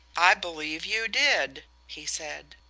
i believe you did, he said.